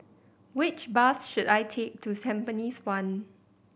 which bus should I take to Tampines One